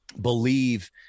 believe